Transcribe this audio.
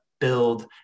build